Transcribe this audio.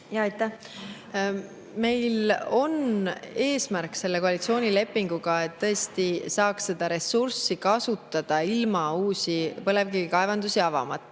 Meil on selle koalitsioonilepinguga eesmärk, et saaks seda ressurssi kasutada ilma uusi põlevkivikaevandusi avamata.